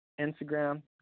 Instagram